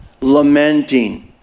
lamenting